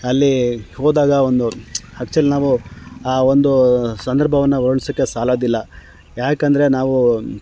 ಅಲ್ಲಿ ಹೋದಾಗ ಒಂದು ಆ್ಯಕ್ಚುಲಿ ನಾವು ಆ ಒಂದು ಸಂದರ್ಭವನ್ನ ವರ್ಣಿಸೋಕೆ ಸಾಲೋದಿಲ್ಲ ಯಾಕೆಂದ್ರೆ ನಾವು